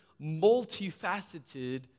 multifaceted